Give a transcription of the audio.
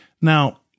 Now